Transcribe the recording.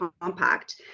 compact